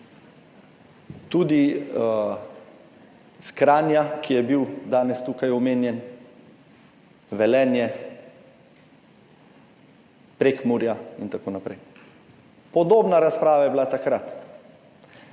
tudi iz Kranja, ki je bil danes tukaj omenjen, Velenja, Prekmurja in tako naprej. Podobna razprava je bila takrat